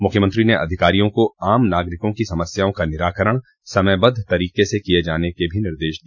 मुख्यमंत्री ने अधिकारियों को आम नागरिकों की समस्याओं का निराकरण समयबद्ध तरीके से किये जैाने का निर्देश भी दिया